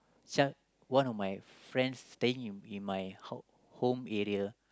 this one of my friend staying in in my home area